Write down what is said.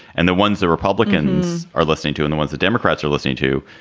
and the ones the republicans are listening to and the ones the democrats are listening to